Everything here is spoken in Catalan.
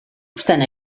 obstant